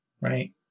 right